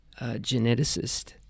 geneticist